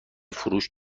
فروش